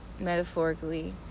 metaphorically